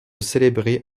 célébrer